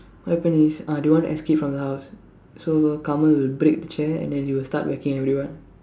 what happen is uh they want to escape from the house so Kamal will break the chair and then he will start whacking everyone